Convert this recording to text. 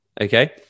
Okay